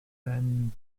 ben